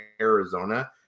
Arizona